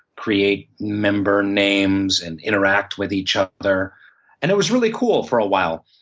create member names and interact with each other, and it was really cool for awhile.